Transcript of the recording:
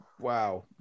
Wow